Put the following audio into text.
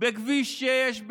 בכביש 6,